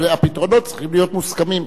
אבל הפתרונות צריכים להיות מוסכמים,